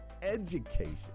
education